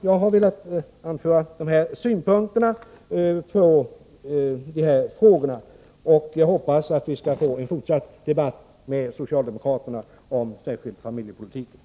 Jag har velat anföra dessa synpunkter, och jag hoppas att vi skall få föra en fortsatt debatt om familjepolitiken med socialdemokraterna.